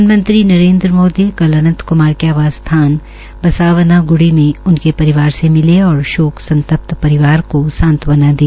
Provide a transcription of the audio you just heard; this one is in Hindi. प्रधानमंत्री नरेन्द्र मोदी ने कल अंनत क्मार के आवास स्थान पर बसावनाग्डी में उनके परिवार से मिले और शोक संतप्त परिवार को सात्वना दी